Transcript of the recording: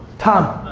tom.